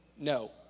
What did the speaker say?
no